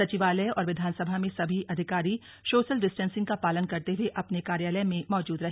सचिवालय और विधानसभा में सभी अधिकारी सोशल डिस्टेंसिंग का पालन करते हुए अपने कार्यालय में मौजूद रहे